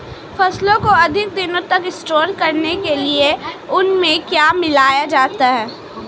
फसलों को अधिक दिनों तक स्टोर करने के लिए उनमें क्या मिलाया जा सकता है?